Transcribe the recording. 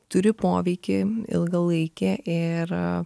turi poveikį ilgalaikį ir